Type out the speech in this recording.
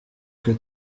que